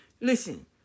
Listen